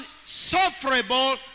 unsufferable